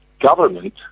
government